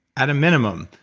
at a minimum,